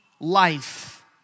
life